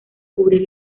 cubrir